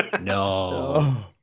no